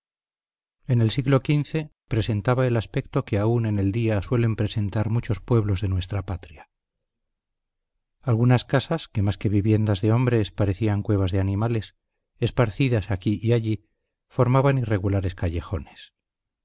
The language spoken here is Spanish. en el siglo xv presentaba el aspecto que aún en el día suelen presentar muchos pueblos de nuestra patria algunas casas que mas que viviendas de hombres parecían cuevas de animales esparcidas aquí y allí formaban irregulares callejones